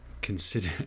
Consider